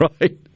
right